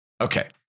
Okay